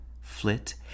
flit